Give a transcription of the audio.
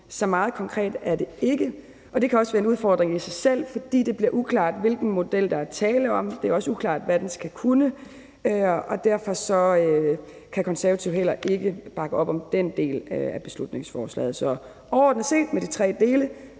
Så meget konkret er det ikke. Og det kan også være en udfordring i sig selv, fordi det bliver uklart, hvilken model der er tale om. Det er også uklart, hvad den skal kunne, og derfor kan Konservative heller ikke bakke op om den del af beslutningsforslaget. Så overordnet set, med de tre dele,